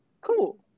Cool